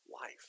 life